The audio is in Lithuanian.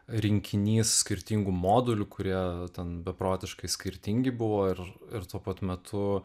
rinkinys skirtingų modulių kurie ten beprotiškai skirtingi buvo ir ir tuo pat metu